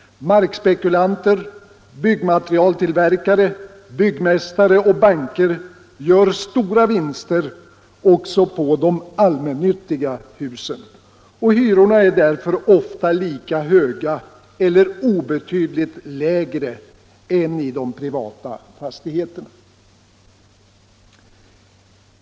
Markspekulanter, byggmaterialtillverkare, byggmästare och banker gör stora vinster också på de ”allmännyttiga” husen. Hyrorna där är ofta lika höga eller obetydligt lägre än i de privata fastigheterna.